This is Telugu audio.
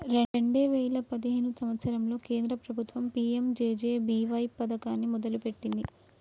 రెండే వేయిల పదిహేను సంవత్సరంలో కేంద్ర ప్రభుత్వం పీ.యం.జే.జే.బీ.వై పథకాన్ని మొదలుపెట్టింది